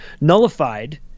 nullified